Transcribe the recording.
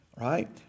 right